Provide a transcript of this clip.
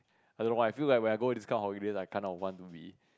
I don't know why I feel like when I go on this kind of holiday I kind of want to be